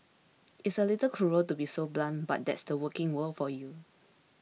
it's a little cruel to be so blunt but that's the working world for you